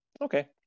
Okay